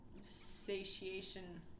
satiation